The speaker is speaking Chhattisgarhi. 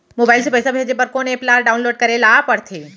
मोबाइल से पइसा भेजे बर कोन एप ल डाऊनलोड करे ला पड़थे?